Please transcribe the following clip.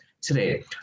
today